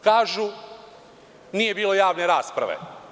Kažu, nije bilo javne rasprave.